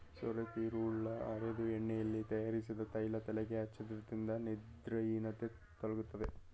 ಸೋರೆತಿರುಳು ಅರೆದು ಎಳ್ಳೆಣ್ಣೆಯಲ್ಲಿ ತಯಾರಿಸಿದ ತೈಲ ತಲೆಗೆ ಹಚ್ಚೋದ್ರಿಂದ ನಿದ್ರಾಹೀನತೆ ತೊಲಗ್ತದೆ